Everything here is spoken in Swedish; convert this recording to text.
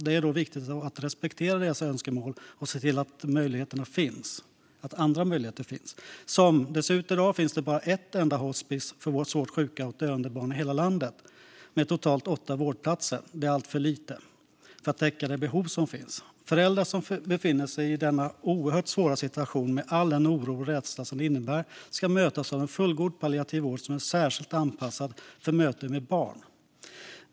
Det är då viktigt att respektera deras önskemål och se till att andra möjligheter finns. Som det ser ut i dag finns det bara ett enda hospis för svårt sjuka och döende barn i hela landet, med totalt åtta vårdplatser. Det är alltför lite för att täcka de behov som finns. Föräldrar som befinner sig i denna oerhört svåra situation, med all den oro och rädsla det innebär, ska mötas av en fullgod palliativ vård som är särskilt anpassad för mötet med barn.